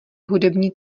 hudební